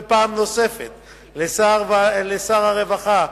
ופעם נוספת לשר הרווחה,